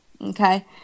Okay